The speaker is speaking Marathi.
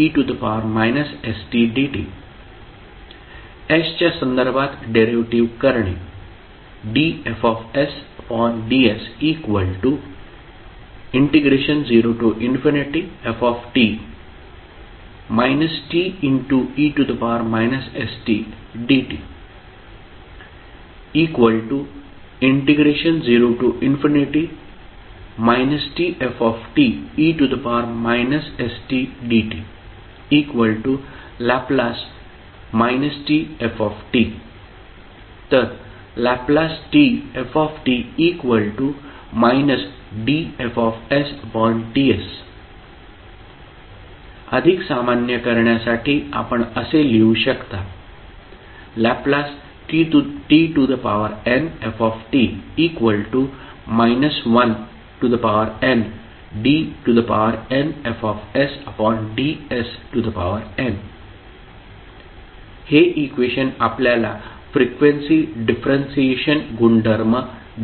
stdt s च्या संदर्भात डेरिव्हेटिव्ह करणे dFds0ft te stdt0 tfte stdtL tf तर Ltf dFds अधिक सामान्य करण्यासाठी आपण असे लिहू शकता LtnfndnFdsn हे इक्वेशन आपल्याला फ्रिक्वेन्सी डिफरंशिएशन गुणधर्म देईल